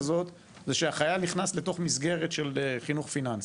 זה חיילים שמפחדים לחזור לבית.